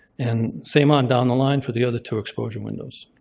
and same on down the line for the other two exposure windows.